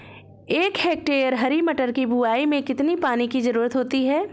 एक हेक्टेयर हरी मटर की बुवाई में कितनी पानी की ज़रुरत होती है?